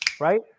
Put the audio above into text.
right